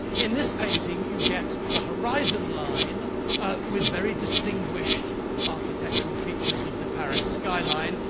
in this painting, you get the horizon line with very distinguished architectural features of the paris skyline.